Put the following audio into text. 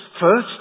first